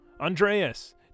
Andreas